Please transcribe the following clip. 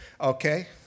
okay